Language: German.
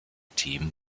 team